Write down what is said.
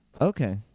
Okay